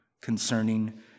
concerning